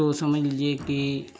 तो समझ लीजिए कि